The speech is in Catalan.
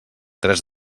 tres